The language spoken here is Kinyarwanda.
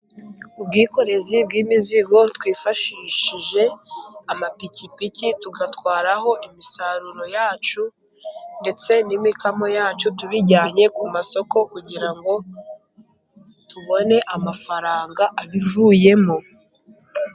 Ubwikorezi bw'imizigo twifashishije amapikipiki, tugatwaraho imisaruro yacu ndetse n'imikamo yacu tubijyanye ku masoko, kugira ngo tubone amafaranga abivuyemo.